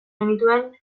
genituen